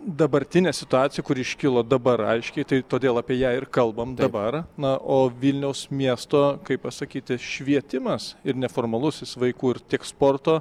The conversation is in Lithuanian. dabartinė situacija kuri iškilo dabar aiškiai tai todėl apie ją ir kalbam dabar na o vilniaus miesto kaip pasakyti švietimas ir neformalusis vaikų ir tiek sporto